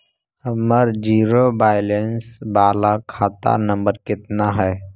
हमर zero balance बाला खाता नम्बर कितना है?